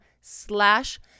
slash